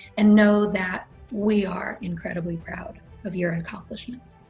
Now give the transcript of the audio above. and know that we are incredibly proud of your and accomplishments.